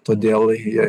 todėl ji